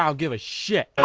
um give a shit